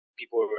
people